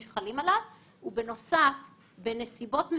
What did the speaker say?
אל תמתינו לפיקוח על הבנקים שכל ראייתו היא ראיית יציבות,